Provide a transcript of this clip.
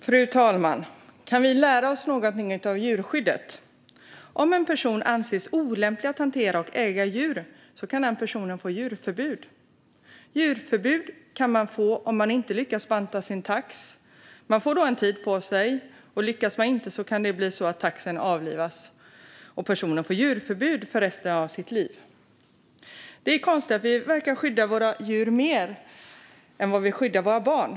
Fru talman! Kan vi lära oss något av djurskyddet? Om en person anses olämplig att hantera och äga djur kan personen få djurförbud. Djurförbud kan man få om man inte lyckas banta sin tax. Man får då en tid på sig, och lyckas man inte kan det bli så att taxen avlivas och personen får djurförbud resten av sitt liv. Det är konstigt att vi verkar skydda våra djur mer än vad vi skyddar våra barn.